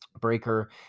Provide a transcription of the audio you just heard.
Breaker